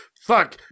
fuck